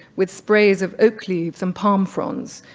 with sprays of oak leaves and palm frons,